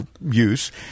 use